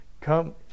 Come